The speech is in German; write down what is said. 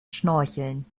schnorcheln